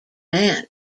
man